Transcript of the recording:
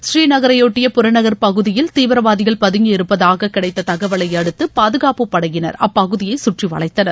ஸ்ரீநகரையொட்டிய புறநகர் பகுதியில் தீவிரவாதிகள் பதுங்கியிருப்பதாக கிடைத்த தகவலையடுத்து பாதுகாப்புப்படையினர் அப்பகுதியை சுற்றிவளைத்தனர்